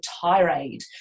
tirade